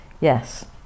Yes